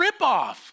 ripoff